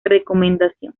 recomendación